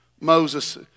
Moses